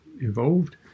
involved